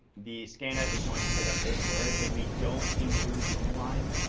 the scanf is going to pick up this word. if we don't include the new line,